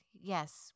yes